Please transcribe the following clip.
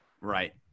Right